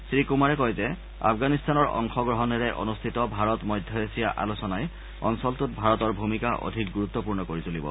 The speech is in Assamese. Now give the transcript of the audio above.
শ্ৰী কুমাৰে কয় যে আফগানিস্তানৰ অংশগ্ৰহণেৰে অনুষ্ঠিত ভাৰত মধ্য এছীয়া আলোচনাই অঞ্চলটোত ভাৰতৰ ভূমিকা অধিক গুৰুত্বপূৰ্ণ কৰি তুলিব